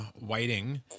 waiting